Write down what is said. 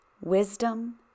wisdom